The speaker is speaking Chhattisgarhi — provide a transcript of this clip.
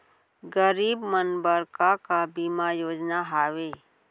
गरीब मन बर का का बीमा योजना हावे?